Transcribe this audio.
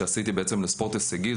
שעשיתי בעצם לספורט הישגי,